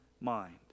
mind